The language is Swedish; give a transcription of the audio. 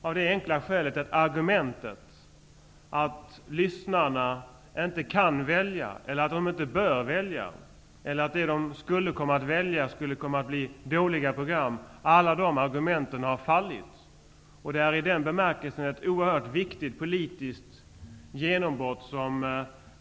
Skälet är att argumentet att lyssnarna inte kan välja, inte bör välja eller att det de valde skulle vara dåliga program, har fallit. I den bemärkelsen innebär denna nya lagstiftning ett oerhört viktigt politiskt genombrott.